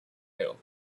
hill